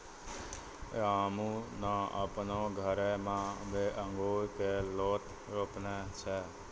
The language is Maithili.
रामू नॅ आपनो घरो मॅ भी अंगूर के लोत रोपने छै